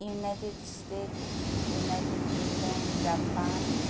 united state United Kingdom Japan